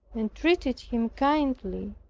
and treated him kindly,